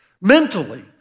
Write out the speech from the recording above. mentally